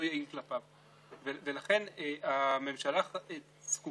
ההתאחדות ולהביא לגיבוש סופי של החבילה הזאת ולאישור